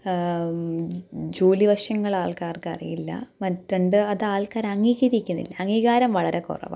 ജോലി വശങ്ങള് ആള്ക്കാര്ക്ക് അറിയില്ല മറ്റ് രണ്ട് അത് ആള്ക്കാര് അംഗീകരിക്കുന്നില്ല അംഗീകാരം വളരെ കുറവാണ്